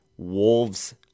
Wolves